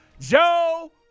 Joe